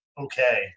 okay